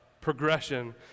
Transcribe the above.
progression